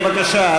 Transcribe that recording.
בבקשה,